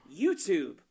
YouTube